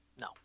No